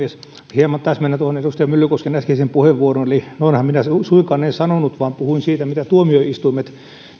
hieman täsmennän tuohon edustaja myllykosken äskeiseen puheenvuoroon noinhan minä suinkaan en sanonut vaan puhuin siitä miten tuomioistuimet